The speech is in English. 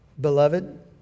Beloved